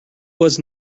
was